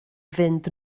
fynd